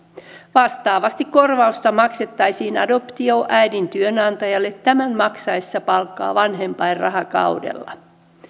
vastaavasti korvausta maksettaisiin adoptioäidin työnantajalle tämän maksaessa palkkaa vanhempainrahakaudella